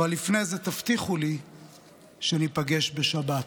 אבל לפני זה תבטיחו לי שניפגש בשבת.